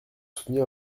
soutenir